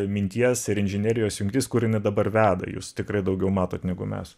minties ir inžinerijos jungtis kur jinai dabar veda jus tikrai daugiau matot negu mes